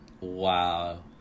wow